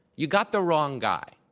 you got the wrong guy.